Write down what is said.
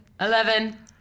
Eleven